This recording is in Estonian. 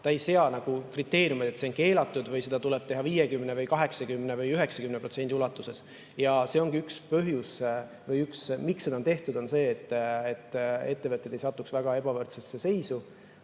ei sea kriteeriumeid, et see on keelatud või seda tuleb teha 50% või 80–90% ulatuses. Ja üks põhjus, miks seda pole tehtud, ongi see, et ettevõtted ei satuks väga ebavõrdsesse seisu.